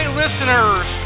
listeners